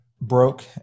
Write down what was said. broke